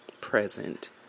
present